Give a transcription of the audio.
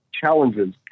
challenges